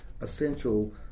essential